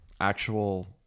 actual